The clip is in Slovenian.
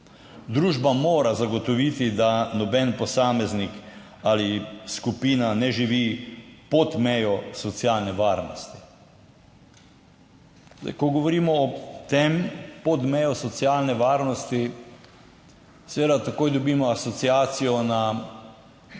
Družba mora zagotoviti, da noben posameznik ali skupina ne živi pod mejo socialne varnosti. Ko govorimo o tem, pod mejo socialne varnosti, seveda takoj dobimo asociacijo na osebe,